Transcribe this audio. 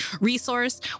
resource